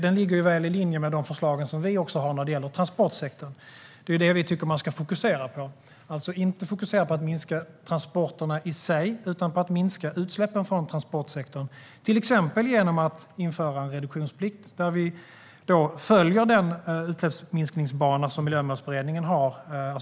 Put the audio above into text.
Den ligger också väl i linje med de förslag som vi har när det gäller transportsektorn. Det är detta vi tycker att man ska fokusera på. Man ska alltså inte fokusera på att minska transporterna i sig utan på att minska utsläppen från transportsektorn, till exempel genom att införa en reduktionsplikt, där vi följer den utsläppsminskningsbana som Miljömålsberedningen har.